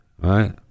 right